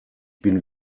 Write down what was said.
bin